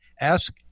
ask